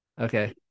Okay